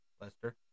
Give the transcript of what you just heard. Lester